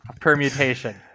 permutation